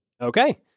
Okay